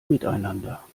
miteinander